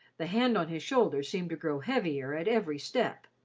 the hand on his shoulder seemed to grow heavier at every step,